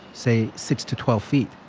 say six to twelve feet.